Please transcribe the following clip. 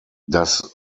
das